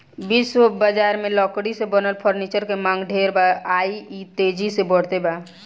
विश्व बजार में लकड़ी से बनल फर्नीचर के मांग ढेर बा आ इ तेजी से बढ़ते बा